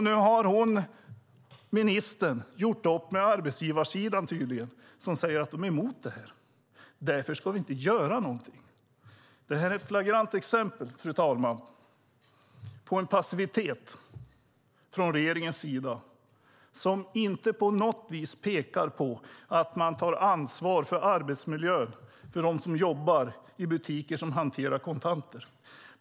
Nu har ministern tydligen gjort upp med arbetsgivarsidan, som säger att de är emot det här. Därför ska man inte göra någonting. Detta är ett flagrant exempel, fru talman, på en passivitet från regeringens sida som inte på något vis pekar på att man tar ansvar för arbetsmiljön för dem som jobbar i butiker som hanterar kontanter.